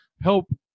help